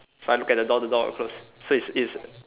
if I look at the door the door will close so it's it's